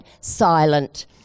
silent